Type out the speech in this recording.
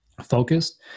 focused